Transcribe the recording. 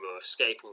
escaping